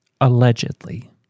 Allegedly